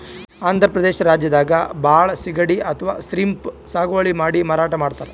ಆಂಧ್ರ ಪ್ರದೇಶ್ ರಾಜ್ಯದಾಗ್ ಭಾಳ್ ಸಿಗಡಿ ಅಥವಾ ಶ್ರೀಮ್ಪ್ ಸಾಗುವಳಿ ಮಾಡಿ ಮಾರಾಟ್ ಮಾಡ್ತರ್